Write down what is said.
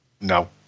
No